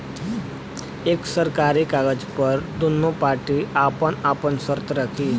एक सरकारी कागज पर दुन्नो पार्टी आपन आपन सर्त रखी